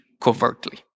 covertly